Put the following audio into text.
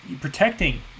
protecting